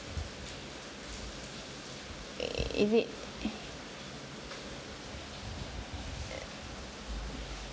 is it